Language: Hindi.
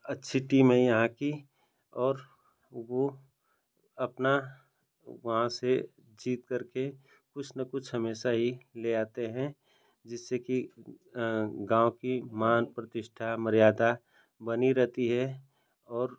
अच्छी टीम है यहाँ की और वह अपना वहाँ से जीत कर के कुछ न कुछ हमेशा ही ले आते हैं जिससे कि गाँव की मान प्रतिष्ठा मर्यादा बनी रहती है और